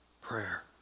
prayer